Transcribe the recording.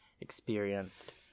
experienced